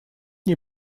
ней